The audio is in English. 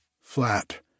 flat